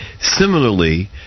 Similarly